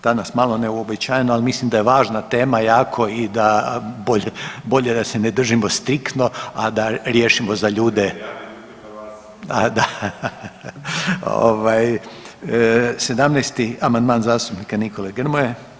Danas malo neuobičajeno ali mislim da je važna tema jako i da bolje, bolje da se ne držimo striktno, a da riješimo za ljude … [[Upadica: Ne razumije se.]] Ovaj, 17. amandman zastupnika Nikole Grmoje.